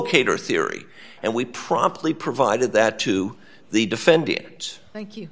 cator theory and we promptly provided that to the defendant thank you